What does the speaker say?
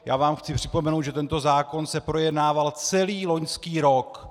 Já vám jen připomenu, že tento zákon se projednával celý loňský rok.